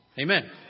Amen